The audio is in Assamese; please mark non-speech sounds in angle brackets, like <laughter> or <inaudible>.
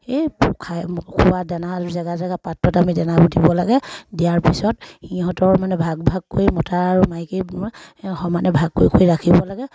এই খাই খোৱা দানা জেগা জেগা পাত্ৰত আমি দানাবোৰ দিব লাগে দিয়াৰ পিছত সিহঁতৰ মানে ভাগ ভাগ কৰি মতা আৰু মাইকী <unintelligible> সমানে ভাগ কৰি ৰাখিব লাগে